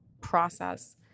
process